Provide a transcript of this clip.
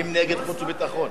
אם נגד, חוץ וביטחון.